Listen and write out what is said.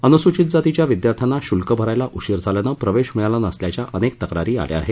अनुसूचित जातीच्या विद्यार्थ्यांना शुल्क भरायला उशीर झाल्यानं प्रवेश मिळाला नसल्याच्या अनेक तक्रारीं आल्या आहेत